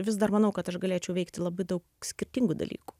vis dar manau kad aš galėčiau veikti labai daug skirtingų dalykų